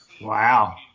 Wow